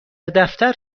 دفتر